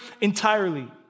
entirely